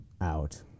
out